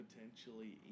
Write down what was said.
Potentially